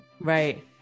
Right